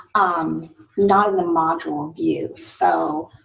um not in the module view. so